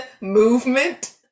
movement